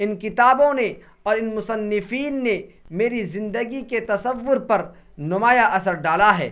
ان کتابوں نے اور ان مصنفین نے میری زندگی کے تصور پر نمایاں اثر ڈالا ہے